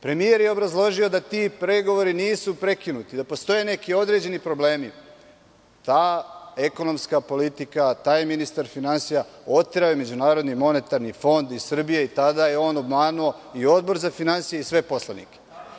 Premijer je obrazložio da ti pregovori nisu prekinuti i da postoje neki određeni problemi, ta ekonomska politika, taj ministar finansija, oterao je MMF iz Srbije i tada je on obmanuo i Odbor za finansije i sve poslanike.